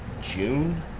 June